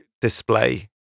display